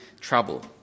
trouble